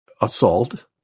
assault